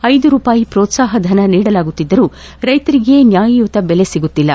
ಐದು ರೂಪಾಯಿ ಪ್ರೋತ್ಸಾಹ ಧನ ನೀಡಲಾಗುತ್ತಿದ್ದರೂ ರೈತರಿಗೆ ನ್ಯಾಯಯುತ ಬೆಲೆ ಸಿಗುತ್ತಿಲ್ಲ